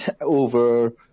over